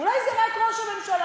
אולי זה רק ראש הממשלה,